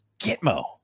Gitmo